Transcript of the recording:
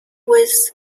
with